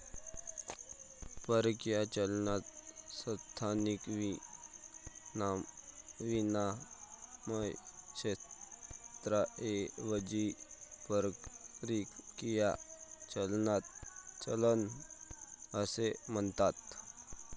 परकीय चलनाला स्थानिक विनिमय क्षेत्राऐवजी परकीय चलन असे म्हणतात